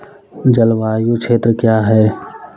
जलवायु क्षेत्र क्या है?